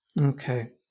Okay